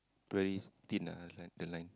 very thin ah the line the line